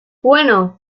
bueno